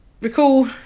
recall